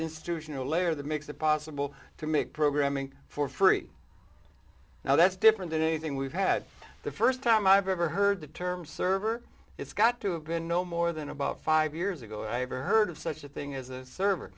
institutional layer that makes it possible to make programming for free now that's different than anything we've had the st time i've ever heard the term server it's got to have been no more than about five years ago i ever heard of such a thing as a server